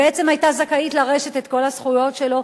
בעצם היתה זכאית לרשת את כל הזכויות שלו,